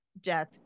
death